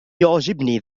يعجبني